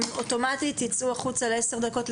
אוטומטית ייצאו החוצה לעשר דקות.